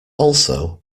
also